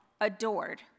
adored